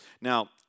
Now